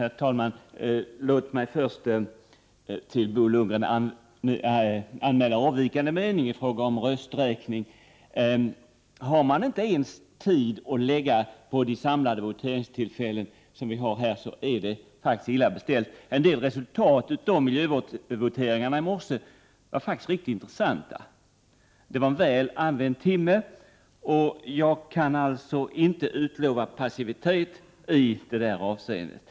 Herr talman! Låt mig först anmäla att jag har en annan mening än Bo Lundgren i fråga om rösträkning. Har man inte tid att tillgripa rösträkning ens vid de samlade voteringstillfällena här, då är det illa beställt. En del av resultaten av voteringarna i miljövårdsfrågorna var faktiskt riktigt intressanta. Det var en väl använd timme, och jag kan inte utlova passivitet i det avseendet.